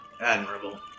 admirable